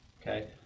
Okay